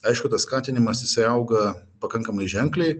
aišku tas skatinimas jisai auga pakankamai ženkliai